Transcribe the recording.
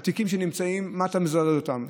התיקים שנמצאים, אתה מזרז אותם.